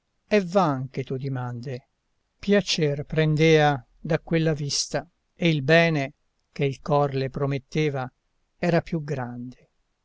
è van che tu dimande piacer prendea di quella vista e il bene che il cor le prometteva era più grande